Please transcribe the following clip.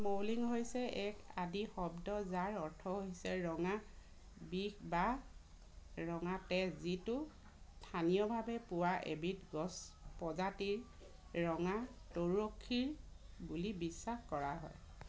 মৌলিং হৈছে এক আদি শব্দ যাৰ অৰ্থ হৈছে ৰঙা বিষ বা ৰঙা তেজ যিটো স্থানীয়ভাৱে পোৱা এবিধ গছ প্ৰজাতিৰ ৰঙা তৰুক্ষীৰ বুলি বিশ্বাস কৰা হয়